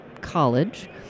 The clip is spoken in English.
college